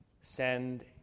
send